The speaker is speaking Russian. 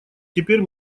теперь